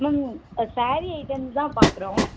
ma'am sari items தான் பார்க்குறோம்